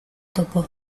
topo